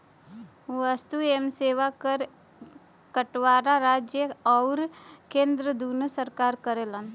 वस्तु एवं सेवा कर क बंटवारा राज्य आउर केंद्र दूने सरकार करलन